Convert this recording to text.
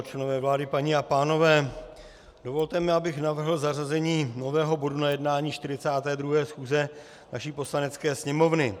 Členové vlády, paní a pánové, dovolte mi, abych navrhl zařazení nového bodu na jednání 42. schůze naší Poslanecké sněmovny.